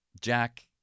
Jack